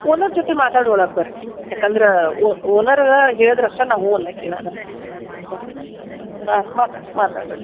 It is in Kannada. ಓನರ್ ಜೊತೆ ಮಾತಾಡಿ ಒಳಗೆ ಬನ್ರಿ ಯಾಕಂದ್ರೆ ಓನರಾ ಹೇಳ್ದ್ರೆ ಅಷ್ಟೇ ನಾವು ಹ್ಞೂ ಅನ್ನಾಕೆ ನಾನು ಹ್ಞೂ ಆಯ್ತ್ ಮಾತಾಡಿ ಮಾತಾಡಿ ರೀ